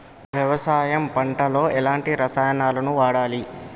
వ్యవసాయం పంట లో ఎలాంటి రసాయనాలను వాడాలి?